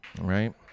Right